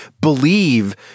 believe